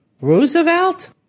Roosevelt